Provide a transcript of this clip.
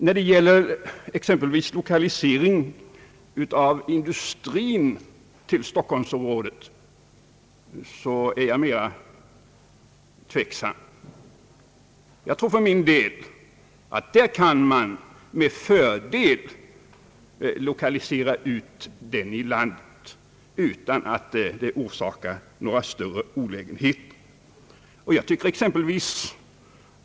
När det gäller exempelvis att lokalisera industrin till stockholmsområdet är jag mera tveksam. Man kan nog med fördel lokalisera ut den i landet utan att det orsakar några större olägenheter.